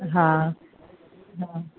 हा